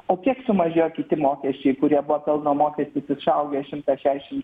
o kiek sumažėjo kiti mokesčiai kurie buvo pelno mokestis išaugęs šimtą šešiasdešimt